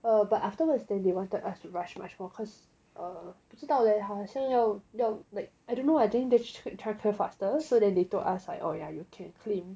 err but afterwards then they wanted us to rush much more cause err 不知道 leh 好像要要 you know like I don't know I think just try to clear faster so that they told us oh yeah you can claim